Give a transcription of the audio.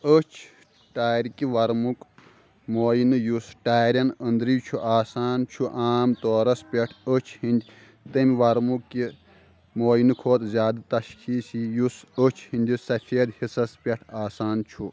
أچھ ٹارکہِ ورمُک مُعٲینہٕ یُس ٹارین أنٛدٕرۍ چُھ آسان چُھ عام طورس پیٚٹھ أچھ ہِنٛدِ تمہِ ورمہِ کہِ مُعٲینہٕ کھۄتہٕ زیادہ تشخیصی یُس أچھ ہِنٛدِس سفید حِصس پیٚٹھ آسان چھ